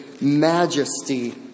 majesty